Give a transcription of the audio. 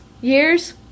Years